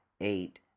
eight